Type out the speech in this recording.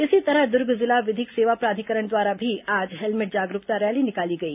इसी तरह दुर्ग जिला विधिक सेवा प्राधिकरण द्वारा भी आज हेलमेट जागरूकता रैली निकाली गई